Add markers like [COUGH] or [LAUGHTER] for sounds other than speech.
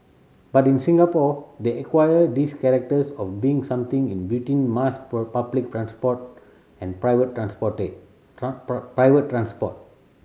but in Singapore they acquired this characters of being something in between mass [UNINTELLIGIBLE] public transport and private [UNINTELLIGIBLE] private transport